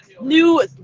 new